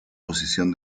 posición